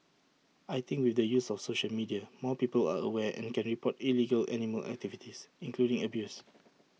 I think with the use of social media more people are aware and can report illegal animal activities including abuse